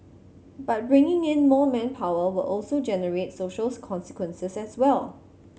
but bringing in more manpower will also generate socials consequences as well